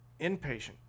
inpatient